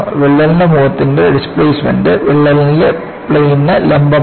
വിള്ളലിന്റെ മുഖത്തിന്റെ ഡിസ്പ്ലേസ്മെൻറ് വിള്ളലിന്റെ പ്ലെയിന് ലംബമാണ്